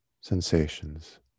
sensations